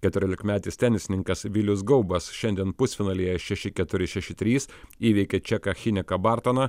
keturiolikmetis tenisininkas vilius gaubas šiandien pusfinalyje šeši keturi šeši trys įveikė čeką chiniką bartoną